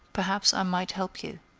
perhaps i might help you.